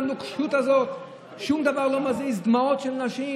את הנוקשות הזאת שום דבר לא מזיז?